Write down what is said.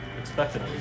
expected